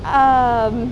um